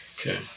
Okay